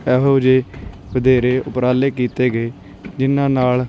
ਇਹੋ ਜਿਹੇ ਵਧੇਰੇ ਉਪਰਾਲੇ ਕੀਤੇ ਗਏ ਜਿਨ੍ਹਾਂ ਨਾਲ